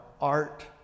art